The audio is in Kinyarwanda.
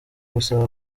gusaba